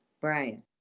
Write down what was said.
Brian